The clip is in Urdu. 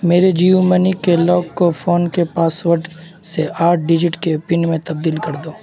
میرے جیو منی کے لوک کو فون کے پاسورڈ سے آٹھ ڈجٹ کے پن میں تبدیل کر دو